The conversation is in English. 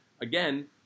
Again